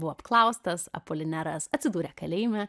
buvo apklaustas apolineras atsidūrė kalėjime